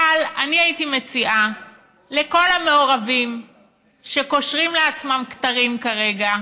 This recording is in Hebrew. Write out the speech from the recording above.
אבל אני הייתי מציעה לכל המעורבים שקושרים לעצמם כתרים כרגע: